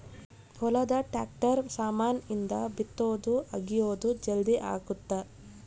ಹೊಲದ ಟ್ರಾಕ್ಟರ್ ಸಾಮಾನ್ ಇಂದ ಬಿತ್ತೊದು ಅಗಿಯೋದು ಜಲ್ದೀ ಅಗುತ್ತ